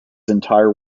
entire